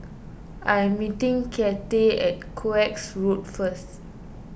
I am meeting Cathey at Koek Road first